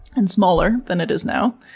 and smaller than it is now.